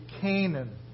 Canaan